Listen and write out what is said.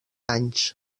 anys